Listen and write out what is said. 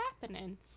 happening